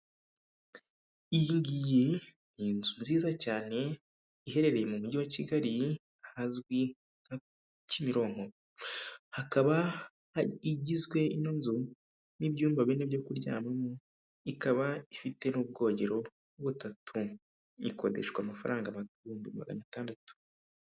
Iyi ngiyi ni inzu nziza cyane iherereye mu mujyi wa Kigali ahazwi nka Kimilonko, hakaba igizwe ino nzu n'ibyumba bine byo kuryamamo, ikaba ifite n'ubwogero butatu, ikodeshwa amafaranga ibihumbi magana atandatu.